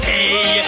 Hey